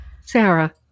Sarah